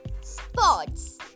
Sports